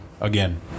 Again